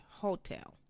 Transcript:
hotel